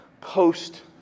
post